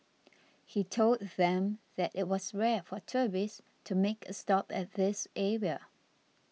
he told them that it was rare for tourists to make a stop at this area